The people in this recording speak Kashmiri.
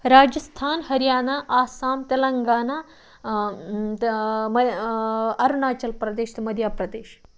راجِستھان ۂریانہ آسام تِلنٛگانہ اَروناچَل پرٛدیش تہٕ مٔدھیہ پرٛدیش